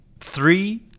Three